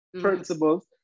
principles